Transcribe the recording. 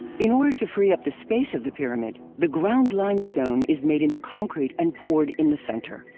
in order to free up the space of the pyramid, the ground limestone is made into concrete and poured in the center.